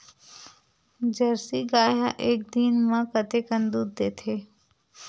Jersey गाय ह एक दिन म कतेकन दूध देथे?